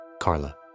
Carla